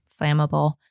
flammable